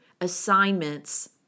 assignments